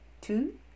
Two